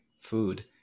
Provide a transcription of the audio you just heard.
food